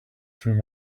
through